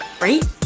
right